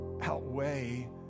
outweigh